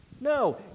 No